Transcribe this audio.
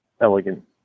elegant